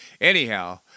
Anyhow